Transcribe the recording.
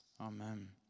amen